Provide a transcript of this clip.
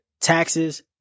taxes